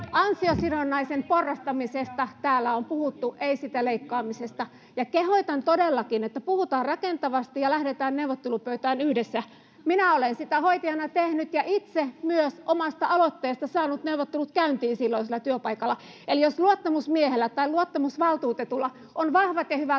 ansiosidonnaisen porrastamisesta täällä on puhuttu, ei siitä leikkaamisesta. Ja kehotan todellakin, että puhutaan rakentavasti ja lähdetään neuvottelupöytään yhdessä. Minä olen sitä hoitajana tehnyt ja itse myös omasta aloitteestani saanut neuvottelut käyntiin silloisella työpaikallani. Eli jos luottamusmiehellä tai luottamusvaltuutetulla on vahvat ja hyvät